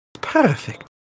Perfect